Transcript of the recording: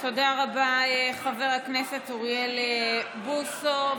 תודה רבה לחבר הכנסת אוריאל בוסו.